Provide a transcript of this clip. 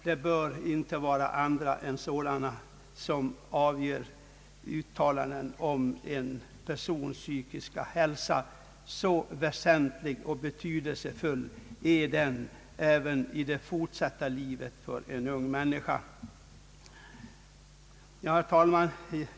Det bör inte vara andra personer än en sådan som avger uttalande om en persons psykiska hälsa, så väsentlig och betydelsefull är den även i det fortsatta livet för en ung människa. Herr talman!